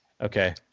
Okay